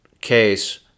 case